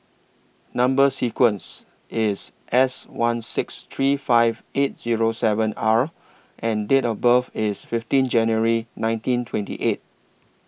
Number sequence IS S one six three five eight Zero seven R and Date of birth IS fifteen January nineteen twenty eight